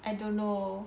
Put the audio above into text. I don't know